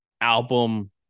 album